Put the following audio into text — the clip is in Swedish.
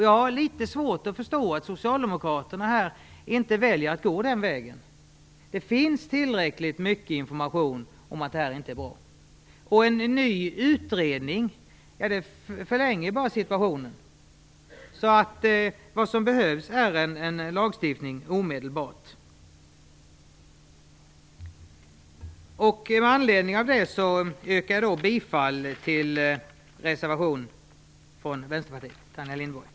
Jag har litet svårt att förstå att Socialdemokraterna inte väljer att gå den vägen. Det finns tillräckligt mycket information om att det inte är bra. En ny utredning förlänger bara situationen. Vad som behövs är en lagstiftning som kommer omedelbart. Med anledning av det yrkar jag bifall till reservationen från Vänsterpartiet och Tanja Linderborg.